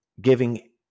Giving